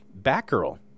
Batgirl